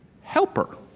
helper